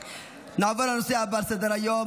נעבור לנושא הבא על סדר-היום,